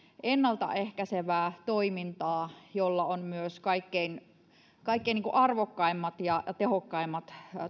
ennalta ehkäisevää toimintaa jolla on myös kaikkein arvokkaimmat ja tehokkaimmat